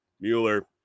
Mueller